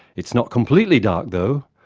it's not completely dark, though.